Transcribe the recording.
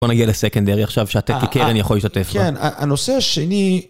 בוא נגיע לסקנדרי עכשיו, שאתה כקרן יכול להשתתף בו. כן, הנושא השני...